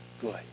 good